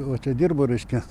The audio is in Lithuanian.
va čia dirbo reiškia